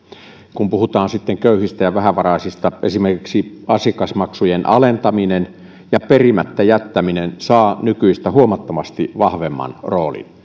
kun puhutaan sitten köyhistä ja vähävaraisista esimerkiksi asiakasmaksujen alentaminen ja perimättä jättäminen saa nykyistä huomattavasti vahvemman roolin